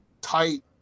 tight